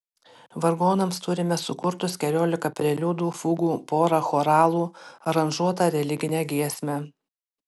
vargonams turime sukurtus keliolika preliudų fugų porą choralų aranžuotą religinę giesmę